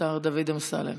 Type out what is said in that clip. השר דוד אמסלם,